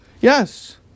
Yes